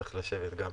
צריך לשבת גם.